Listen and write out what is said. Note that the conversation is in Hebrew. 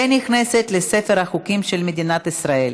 ונכנסת לספר החוקים של מדינת ישראל.